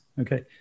okay